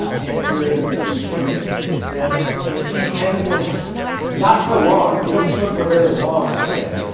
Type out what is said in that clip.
and we were able to go swimming and and see penguins, and not for long. you don't swim for very long there.